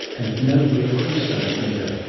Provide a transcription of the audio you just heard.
and no real concern either